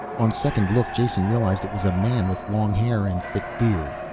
on second look jason realized it was a man with long hair and thick beard.